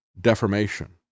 deformation